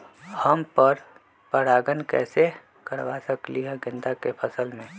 हम पर पारगन कैसे करवा सकली ह गेंदा के फसल में?